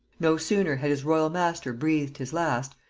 no sooner had his royal master breathed his last,